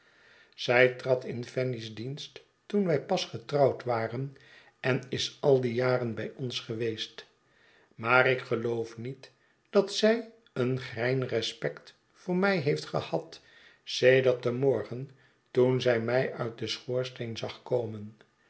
zij trad in fanny's dienst toen wij pas getrouwd waren en is al die jaren bij ons geweest niaar ik geloof niet dat zij een grein respect voor mij heeft gehad sedert den morgen toen zij mij uit den schoorsteen zag komen